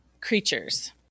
creatures